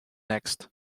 next